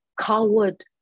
coward